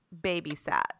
babysat